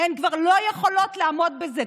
הן כבר לא יכולות לעמוד בזה.